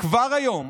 כבר היום,